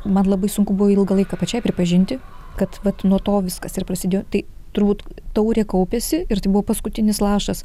man labai sunku buvo ilgą laiką pačiai pripažinti kad vat nuo to viskas ir prasidėjo tai turbūt taurė kaupėsi ir tai buvo paskutinis lašas